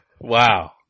Wow